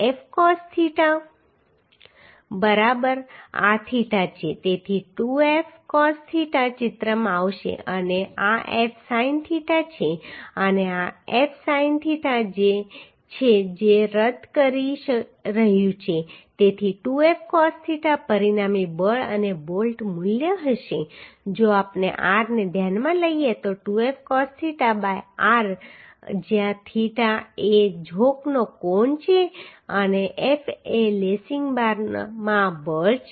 F cos theta બરાબર આ theta છે તેથી 2F cos થીટા ચિત્રમાં આવશે અને આ F sin theta છે અને આ F sin theta છે જે રદ કરી રહ્યું છે તેથી 2F cos theta પરિણામી બળ અને બોલ્ટ મૂલ્ય હશે જો આપણે R ને ધ્યાનમાં લઈએ તો 2F cos theta by R જ્યાં થીટા એ ઝોકનો કોણ છે અને F એ લેસિંગ બારમાં બળ છે